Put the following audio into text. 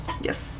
Yes